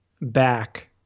back